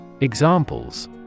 Examples